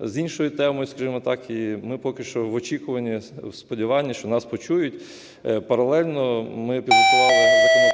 з іншої теми, скажімо так, і ми поки що в очікуванні, у сподіванні, що нас почують. Паралельно ми підготували законопроект,